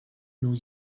new